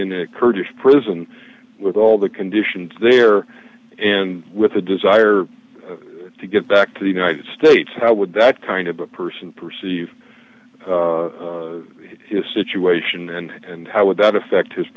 a kurdish prison with all the conditions there and with a desire to get back to the united states how would that kind of a person perceive his situation and how would that affect his